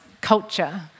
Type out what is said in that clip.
culture